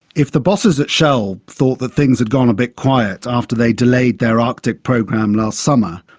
if the bosses at shell thought that things had gone a bit quiet after they delayed their arctic program last summer,